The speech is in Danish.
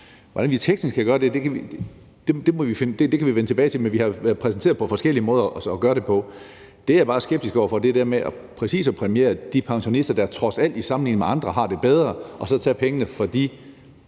hvordan vi så skal gøre det, kan vi vende tilbage til, men vi har præsenteret forskellige måder at gøre det på. Det, jeg bare er skeptisk over for, er det her med at præmiere de pensionister, der trods alt har det bedre sammenlignet med andre, og så tage pengene fra de